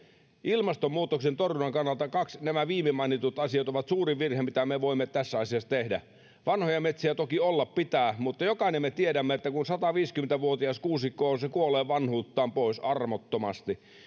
ilmastonmuutoksen torjunnan kannalta nämä viimemainitut asiat ovat suurin virhe mitä me voimme tässä asiassa tehdä vanhoja metsiä toki olla pitää mutta jokainen meistä tietää että kun on sataviisikymmentä vuotias kuusikko se kuolee vanhuuttaan pois armottomasti